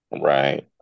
Right